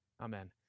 Amen